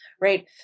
right